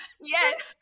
Yes